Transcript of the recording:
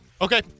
okay